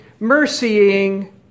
mercying